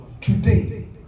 Today